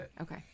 okay